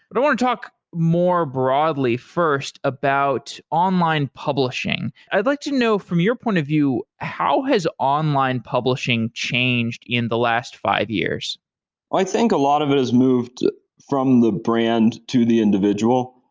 but i want to talk more broadly first about online publishing. i'd like to know from your point of view, how has online publishing publishing changed in the last five years i think a lot of it has moved from the brand to the individual.